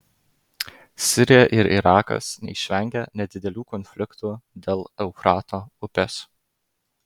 sirija ir irakas neišvengė nedidelių konfliktų dėl eufrato upės